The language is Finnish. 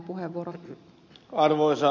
arvoisa puhemies